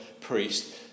priest